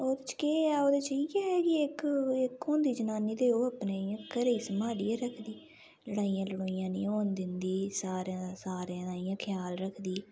ओह्दे च केह् ऐ ओह्दे च इ'यै कि इक इक होंदी जनानी ते ओह् अपने इ'यां घरै गी सम्हालियै रखदी लड़ाइयां लड़ुइयां नेईं होन दिंदी सारें सारें दा इ'यां ख्याल रखदी